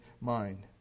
mind